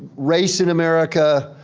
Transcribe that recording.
race in america,